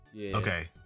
Okay